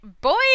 boy